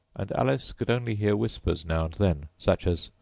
and alice could only hear whispers now and then such as,